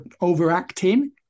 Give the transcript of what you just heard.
overacting